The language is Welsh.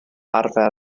arfer